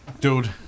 Dude